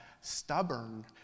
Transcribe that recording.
stubborn